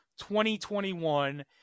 2021